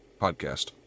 podcast